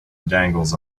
dangles